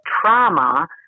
trauma